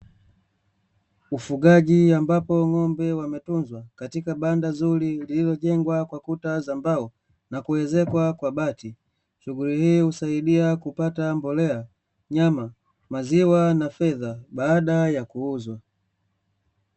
Ufugaji ambapo ng'ombe wanatunzwa katika banda zuri lililojengwa kwa kuta za mbao na kuezekwa kwa bati. Shughuli hii husaidia kupata mbolea, nyama, maziwa na fedha baada ya kuuzwa.